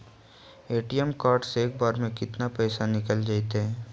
ATM card से एक बार में केतना पैसा निकल जइतै?